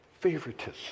favoritism